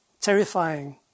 Terrifying